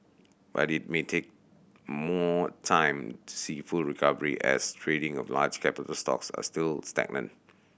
but it may take more time to see full recovery as trading of large capital stocks are still stagnant